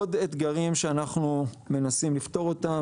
עוד אתגרים שאנחנו מנסים לפתור אותם.